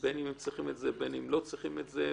בין אם הם צריכים את זה ובין אם הם לא צריכים את זה,